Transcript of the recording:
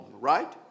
right